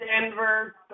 Denver